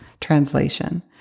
translation